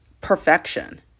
perfection